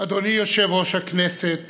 אדוני יושב-ראש הכנסת